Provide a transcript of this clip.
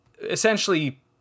essentially